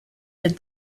did